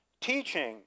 teaching